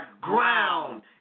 ground